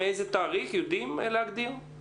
מאיזה תאריך, יודעים להגדיר?